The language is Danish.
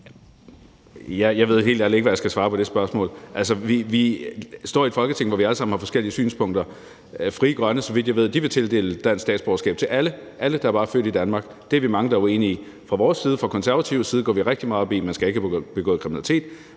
Jeg ved helt ærligt ikke, hvad jeg skal svare på det spørgsmål. Altså, vi står i et Folketing, hvor vi alle sammen har forskellige synspunkter. Frie Grønne vil, så vidt jeg ved, tildele dansk statsborgerskab til alle – alle, der bare er født i Danmark. Det er vi mange, der er uenige i. Fra vores side, fra Konservatives side, går vi rigtig meget op i, at man ikke skal have begået kriminalitet,